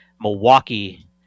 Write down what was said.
Milwaukee